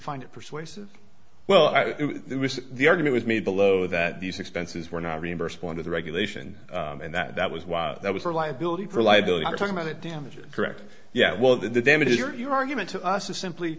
find it persuasive well the argument was made below that these expenses were not reimbursed one of the regulation and that was why there was no liability for liability for talking about it damages correct yeah well the damages your your argument to us is simply